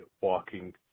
walking